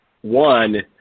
one